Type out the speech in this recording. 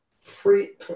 free